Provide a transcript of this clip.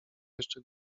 jeszcze